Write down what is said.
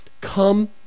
come